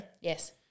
Yes